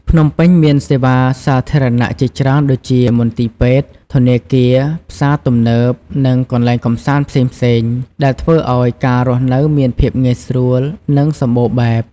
ភ្នំពេញមានសេវាសាធារណៈជាច្រើនដូចជា មន្ទីរពេទ្យ ធនាគារ ផ្សារទំនើប និងកន្លែងកម្សាន្តផ្សេងៗ ដែលធ្វើឲ្យការរស់នៅមានភាពងាយស្រួល និងសម្បូរបែប។